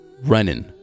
Running